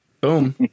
Boom